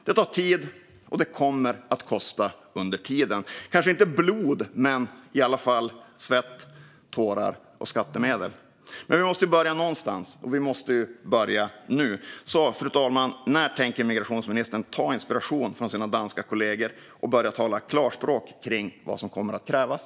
Det tar tid, och det kommer att kosta under tiden - kanske inte blod men i alla fall svett, tårar och skattemedel. Men vi måste ju börja någonstans, och vi måste börja nu. Fru talman! När tänker migrationsministern ta inspiration från sina danska kollegor och börja tala klarspråk om vad som kommer att krävas?